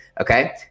Okay